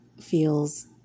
feels